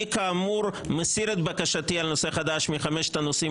אני כאמור מסיר את בקשתי לנושא חדש על חמשת הנושאים